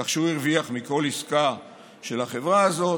כך שהוא הרוויח מכל עסקה של החברה הזאת.